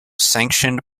sanctioned